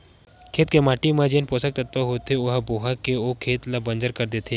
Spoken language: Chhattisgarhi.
खेत के माटी म जेन पोसक तत्व होथे तेन ह बोहा के ओ खेत ल बंजर कर देथे